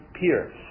peers